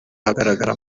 ahagaragara